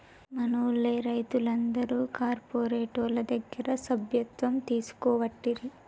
మనూళ్లె రైతులందరు కార్పోరేటోళ్ల దగ్గర సభ్యత్వం తీసుకోవట్టిరి